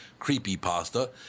Creepypasta